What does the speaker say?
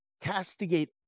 castigate